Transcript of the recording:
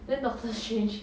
then doctor strange